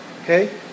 okay